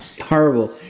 Horrible